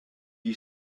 you